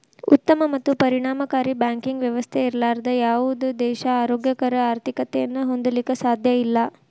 ಉತ್ತಮ ಮತ್ತು ಪರಿಣಾಮಕಾರಿ ಬ್ಯಾಂಕಿಂಗ್ ವ್ಯವಸ್ಥೆ ಇರ್ಲಾರ್ದ ಯಾವುದ ದೇಶಾ ಆರೋಗ್ಯಕರ ಆರ್ಥಿಕತೆಯನ್ನ ಹೊಂದಲಿಕ್ಕೆ ಸಾಧ್ಯಇಲ್ಲಾ